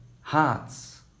hearts